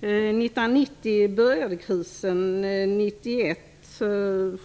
1990 började krisen, och 1991